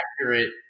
accurate